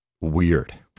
weird